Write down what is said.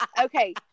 Okay